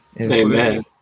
Amen